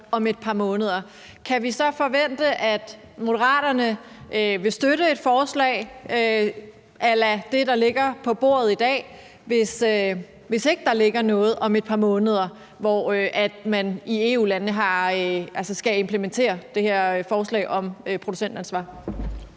»om et par måneder«. Kan vi da forvente, at Moderaterne vil støtte et forslag a la det, der ligger på bordet i dag, hvis ikke der ligger noget om et par måneder, hvor man i EU-landene altså skal implementere det her forslag om producentansvar?